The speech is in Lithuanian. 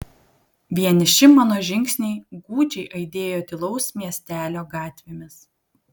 vieniši mano žingsniai gūdžiai aidėjo tylaus miestelio gatvėmis